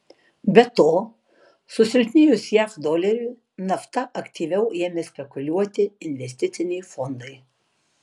be to susilpnėjus jav doleriui nafta aktyviau ėmė spekuliuoti investiciniai fondai